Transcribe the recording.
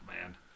man